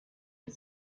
die